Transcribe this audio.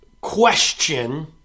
question